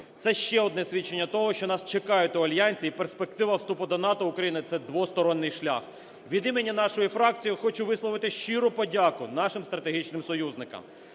Це ще одне свідчення того, що нас чекають в альянсі, і перспектива вступу до НАТО України – це двосторонній шлях. Від імені нашої фракції я хочу висловити щиру подяку нашим стратегічним союзникам.